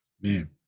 man